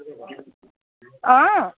অঁ